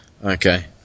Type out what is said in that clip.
Okay